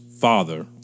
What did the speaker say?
father